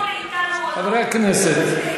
חברי הכנסת,